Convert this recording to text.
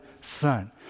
son